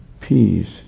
peace